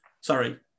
Sorry